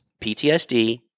PTSD